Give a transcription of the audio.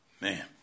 Man